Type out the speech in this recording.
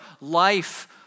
life